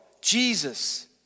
Jesus